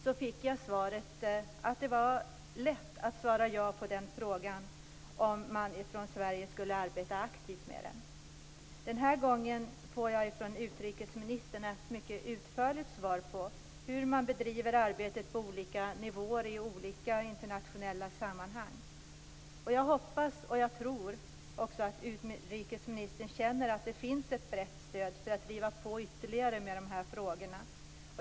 Jag fick då svaret att det var lätt att svara ja på frågan om Sverige skulle arbeta aktivt med detta. Den här gången får jag från utrikesministern ett mycket utförligt svar på hur man bedriver arbetet på olika nivåer i olika internationella sammanhang. Jag hoppas och tror också att utrikesministern känner att det finns ett brett stöd för att driva på ytterligare med de här frågorna.